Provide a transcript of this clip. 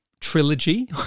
trilogy